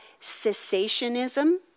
cessationism